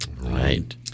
Right